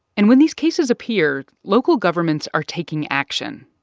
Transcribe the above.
and when these cases appear, local governments are taking action.